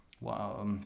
Wow